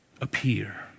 appear